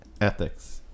ethics